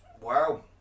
Wow